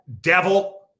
devil